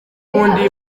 bundi